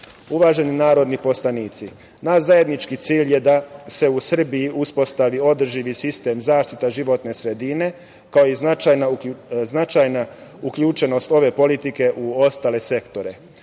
EU.Uvaženi narodni poslanici, naš zajednički cilj je da se u Srbiji uspostavi održivi sistem zaštite životne sredine, kao i značajna uključenost ove politike u ostale sektore.